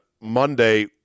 Monday